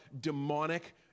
demonic